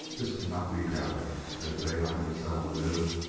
this cannot be doubted, as daylight himself knew,